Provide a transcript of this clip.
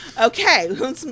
Okay